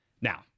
Now